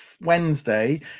Wednesday